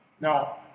Now